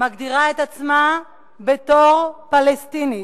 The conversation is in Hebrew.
מגדירה את עצמה בתור פלסטינית,